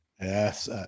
Yes